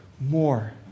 more